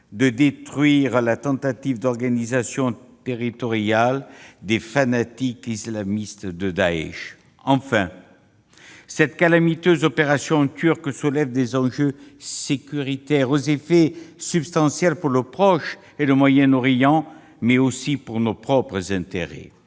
de détruire la tentative d'organisation territoriale des fanatiques islamistes de Daech. Cette calamiteuse opération turque soulève également des enjeux sécuritaires ; ses effets sont substantiels pour le Proche-Orient et le Moyen-Orient, mais aussi du point de vue de nos propres intérêts.